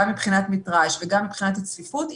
גם מבחינת מטראז' וגם מבחינת הצפיפות,